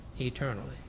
eternally